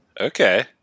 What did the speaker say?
Okay